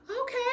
Okay